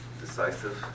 Decisive